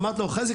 אמרתי לו חזי,